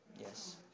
Yes